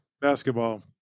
Basketball